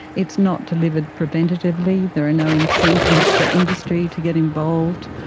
it's not delivered preventatively, there are no incentives for industry to get involved,